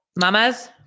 mamas